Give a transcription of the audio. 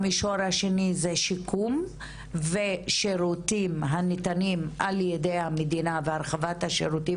המישור השני זה שיקום ושירותים הניתנים על ידי המדינה והרחבת השירותים